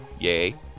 Yay